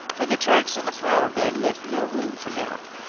for the tracks on the flower-bed left no room for doubt.